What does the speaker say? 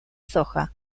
soja